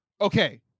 okay